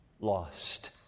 lost